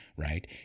Right